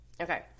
Okay